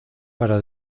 para